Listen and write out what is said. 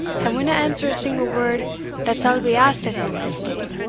and winna answer a single word that sall be asked at him this day,